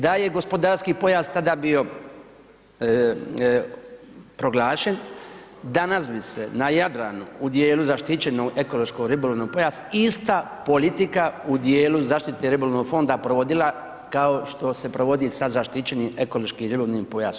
Da je gospodarski pojas tada bio proglašen, danas bi se na Jadranu u dijelu zaštićenog ekološko ribolovnog pojasa ista politika u dijelu zaštite ribolovnog fonda provodila kao što se provodi sa zaštićenim ekološkim ribolovnim pojasom.